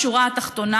השורה התחתונה